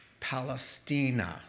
Palestina